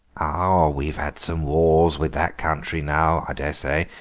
ah! we've had some wars with that country now, i daresay,